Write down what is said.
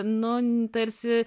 nu tarsi